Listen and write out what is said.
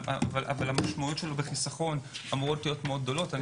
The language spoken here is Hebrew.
המשמעויות שלו בחיסכון אמורות להיות מאוד גדולות,